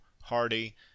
hardy